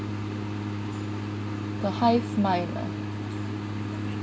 the hive mind lah